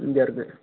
ഇതെർത